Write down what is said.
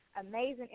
amazing